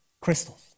Crystals